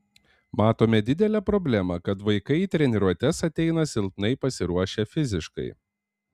matome didelę problemą kad vaikai į treniruotes ateina silpnai pasiruošę fiziškai